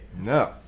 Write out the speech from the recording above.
No